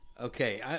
okay